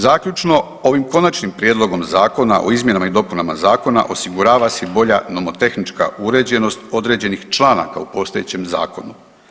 Zaključno, ovim konačnim prijedlogom zakona o izmjenama i dopunama zakona osigurava se bolja nomotehnička uređenost određenih članaka u postojećem zakonu.